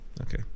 Okay